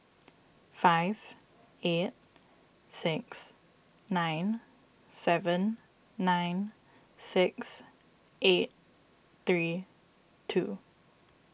five eight six nine seven nine six eight three two